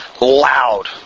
loud